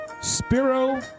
Spiro